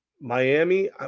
Miami